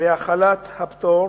להחלת הפטור,